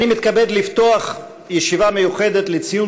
אני מתכבד לפתוח ישיבה מיוחדת לציון